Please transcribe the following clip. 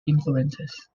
influences